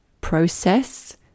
process